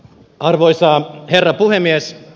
arvoisa herra puhemies